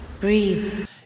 Breathe